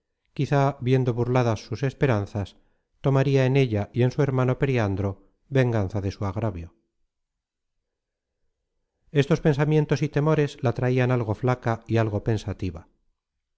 quizá viendo burladas sus esperanzas tomaria en ella y en su hermano periandro venganza de su agravio estos pensamientos y temores la traian algo flaca